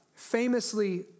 famously